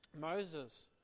Moses